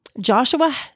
Joshua